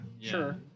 Sure